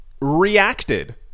reacted